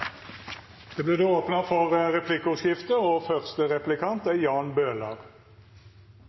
det blir replikkordskifte. Første replikant er